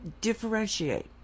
differentiate